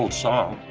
and song.